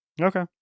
Okay